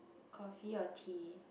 coffee or tea